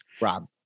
Rob